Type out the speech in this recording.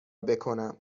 بکنم